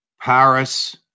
paris